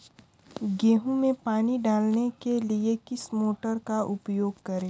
गेहूँ में पानी डालने के लिए किस मोटर का उपयोग करें?